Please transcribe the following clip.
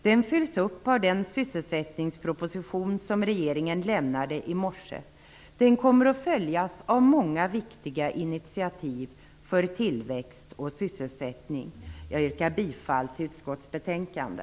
Detta fylls upp av den sysselsättningsproposition som regeringen i morse lämnade och kommer att följas av många viktiga initiativ för tillväxt och sysselsättning. Jag yrkar bifall till hemställan i utskottets betänkande.